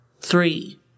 three